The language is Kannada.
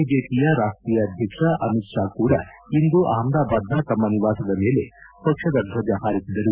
ಬಿಜೆಪಿಯ ರಾಷ್ಟೀಯ ಅಧ್ಯಕ್ಷ ಅಮಿತ್ ಷಾ ಕೂಡ ಇಂದು ಅಹಮದಾಬಾದ್ನ ತಮ್ಮ ನಿವಾಸದ ಮೇಲೆ ಪಕ್ಷದ ಧ್ವಜ ಹಾರಿಸಿದರು